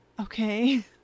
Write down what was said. Okay